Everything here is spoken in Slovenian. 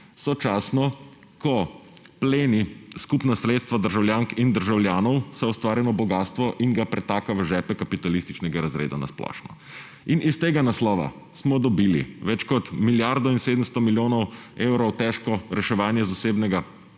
sočasno ko pleni skupna sredstva državljank in državljanov, vse ustvarjeno bogastvo in ga pretaka v žepe kapitalističnega razreda na splošno. Iz tega naslova smo dobili več kot milijardo in 700 milijonov evrov težko reševanje zasebnega